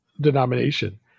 denomination